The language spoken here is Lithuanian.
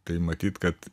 tai matyt kad